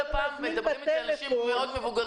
אתם צריכים לעבוד על זה.